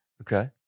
Okay